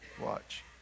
watch